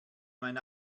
mein